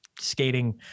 skating